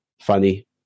funny